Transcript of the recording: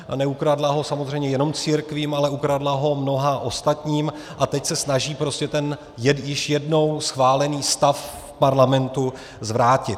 A neukradla ho samozřejmě jenom církvím, ale ukradla ho mnoha ostatním a teď se snaží ten již jednou schválený stav v Parlamentu zvrátit.